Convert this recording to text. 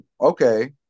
okay